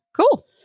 Cool